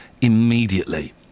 immediately